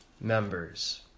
members